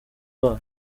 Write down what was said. bayo